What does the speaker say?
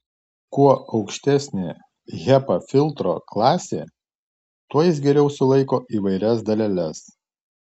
kuo aukštesnė hepa filtro klasė tuo jis geriau sulaiko įvairias daleles